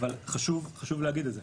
אבל חשוב להגיד את זה.